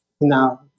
now